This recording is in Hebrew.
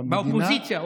באופוזיציה.